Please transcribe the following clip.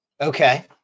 Okay